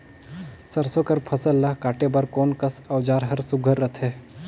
सरसो कर फसल ला काटे बर कोन कस औजार हर सुघ्घर रथे?